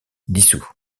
dissous